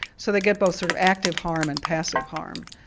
so they get both sort of active harm and passive harm.